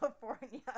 California